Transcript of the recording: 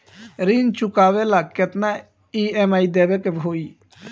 ऋण चुकावेला केतना ई.एम.आई देवेके होई?